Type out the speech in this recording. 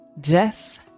Jess